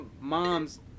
mom's